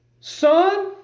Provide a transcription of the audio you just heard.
Son